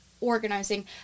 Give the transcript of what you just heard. organizing